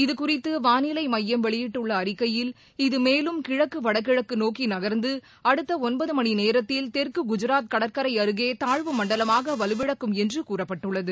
இதுகுறித்து வாளிலை மையம் வெளியிட்டுள்ள அறிக்கையில் இது மேலும் கிழக்கு வடகிழக்கு நோக்கி நகர்ந்து அடுத்த ஒன்பதுமணி நேரத்தில் தெற்கு குஜராத் கடற்கரை அருகே தாழ்வு மண்டலமாக வலுவிழக்கும் என்று கூறப்பட்டுள்ளது